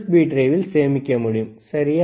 B டிரைவில் சேமிக்க முடியும் இல்லையா